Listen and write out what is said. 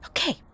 Okay